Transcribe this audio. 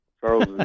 Charles